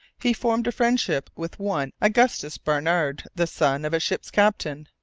he formed a friendship with one augustus barnard, the son of a ship's captain.